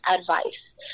advice